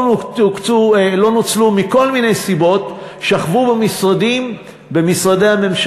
לא נוצלו מכל מיני סיבות, שכבו במשרדי הממשלה.